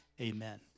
Amen